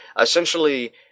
essentially